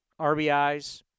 RBIs